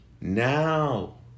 Now